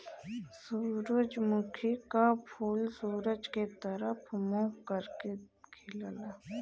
सूरजमुखी क फूल सूरज के तरफ मुंह करके खिलला